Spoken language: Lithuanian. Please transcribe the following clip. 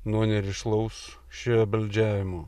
nuo nerišlaus švebeldžiavimo